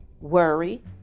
worry